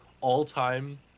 all-time